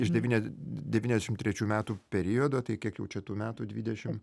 iš devynia devyniašim trečių metų periodo tai kiek jau čia tų metų dvidešim